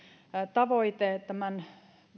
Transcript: tavoite tämän